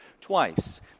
twice